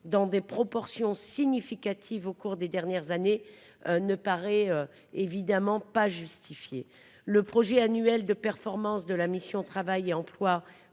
dans des proportions significatives au cours des dernières années ne paraît évidemment pas justifié le projet annuel de performance de la mission Travail et emploi